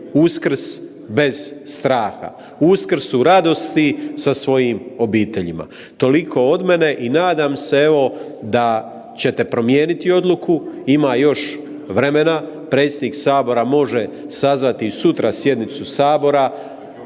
Uskrs bez straha, Uskrs u radosti sa svojim obiteljima. Toliko od mene i nadam se evo da ćete promijeniti odluku, ima još vremena, predsjednik sabora može sazvati i sutra sjednicu sabora,